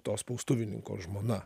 to spaustuvininko žmona